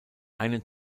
einen